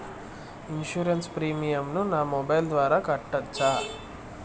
Insurance premium ను నా mobile ద్వారా కట్టొచ్చా?